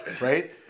right